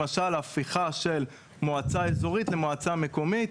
למשל, הפיכה של מועצה אזורית למועצה מקומית.